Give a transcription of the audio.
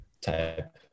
type